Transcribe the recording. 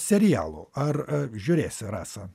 serialų ar žiūrėsi rasa